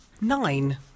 nine